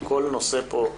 כל נושא פה,